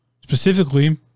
Specifically